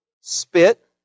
spit